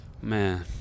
Man